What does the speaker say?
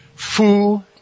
Foo